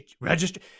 register